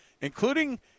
including